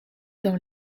dans